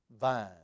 vine